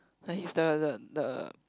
like he's the the the